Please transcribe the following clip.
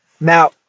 Now